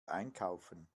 einkaufen